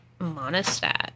monostat